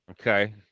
Okay